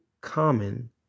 common